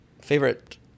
Favorite